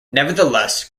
nevertheless